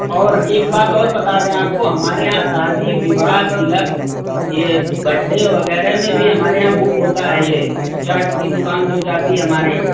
और एक बात और बता दें आपको हमारे यहाँ शादी विवाह तिलक ये बड्डे वगैरह में भी हमारे यहाँ बुक होता है ये चाट की दुकान जो जाती है हमारी